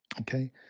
Okay